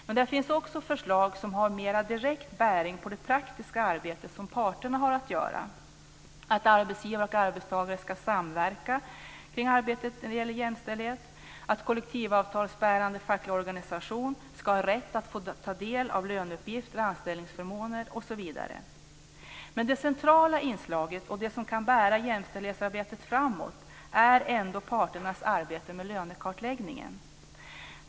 Men det finns också förslag som har mer direkt bäring på det praktiska arbetet som parterna har att göra: att arbetsgivare och arbetstagare ska samverka i arbetet när det gäller jämställdhet, att kollektivavtalsbärande facklig organisation har rätt att ta del av löneuppgifter och anställningsförmåner, osv. Men det centrala inslaget och det som kan bära jämställdhetsarbetet framåt är ändå parternas arbete med lönekartläggningen.